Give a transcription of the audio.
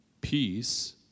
peace